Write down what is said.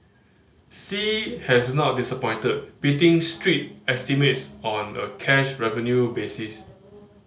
sea has not disappointed beating street estimates on a cash revenue basis